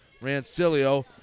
Rancilio